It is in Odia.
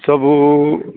ସବୁ